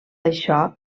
això